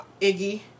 Iggy